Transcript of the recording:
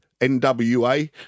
NWA